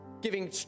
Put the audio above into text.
giving